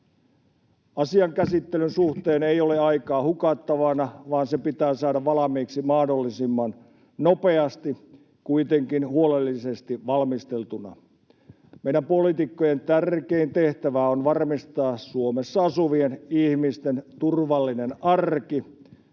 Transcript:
Asian käsittelyn suhteen ei ole aikaa hukattavana, vaan se pitää saada valmiiksi mahdollisimman nopeasti, kuitenkin huolellisesti valmisteltuna. Meidän poliitikkojen tärkein tehtävä on varmistaa Suomessa asuvien ihmisten turvallinen arki.